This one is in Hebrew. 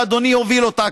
שאדוני הוביל אותה,